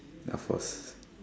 that forces